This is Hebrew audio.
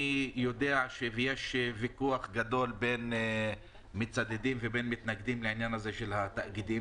אני יודע שיש ויכוח גדול בין המצדדים לבין המתנגדים לתאגידים.